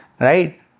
Right